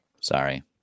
Sorry